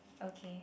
okay